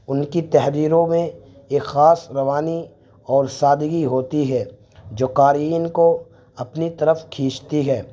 ان کی تحریروں میں ایک خاص روانی اور سادگی ہوتی ہے جو قارئین کو اپنی طرف کھینچتی ہے